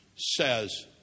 Says